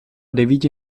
devíti